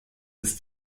ist